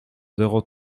zéro